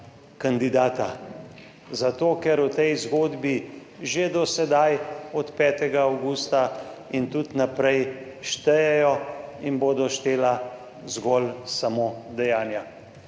kandidata, zato ker v tej zgodbi že do sedaj, od 5. avgusta in tudi naprej štejejo in bodo štela zgolj samo dejanja.